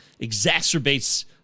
exacerbates